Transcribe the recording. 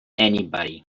anybody